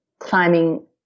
climbing